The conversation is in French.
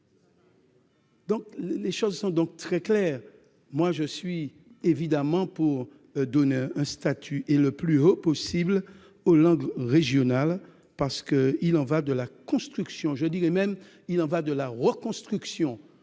Les choses sont donc très claires. Pour ma part, je suis évidemment partisan de donner un statut, et le plus haut possible, aux langues régionales, parce qu'il y va de la construction, je dirais même de la reconstruction